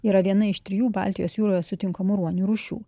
yra viena iš trijų baltijos jūroje sutinkamų ruonių rūšių